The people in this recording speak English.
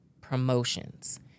promotions